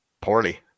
poorly